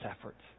efforts